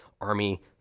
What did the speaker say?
army